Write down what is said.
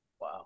Wow